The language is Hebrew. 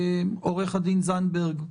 עו"ד זנדברג,